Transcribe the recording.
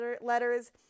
letters